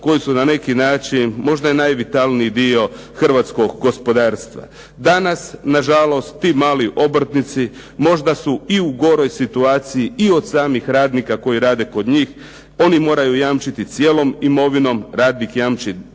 koji su na neki način možda najvitalniji dio hrvatskog gospodarstva. Danas na žalost ti mali obrtnici možda su i u goroj situaciji i od samih radnika koji rade kod njih, oni moraju jamčiti cijelom imovinom, radnik jamči